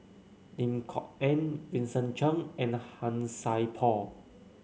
Lim Kok Ann Vincent Cheng and Han Sai Por